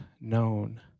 known